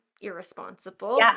irresponsible